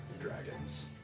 dragons